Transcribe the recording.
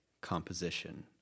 composition